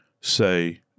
say